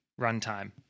runtime